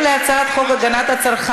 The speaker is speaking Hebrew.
בעד, 37 חברי כנסת,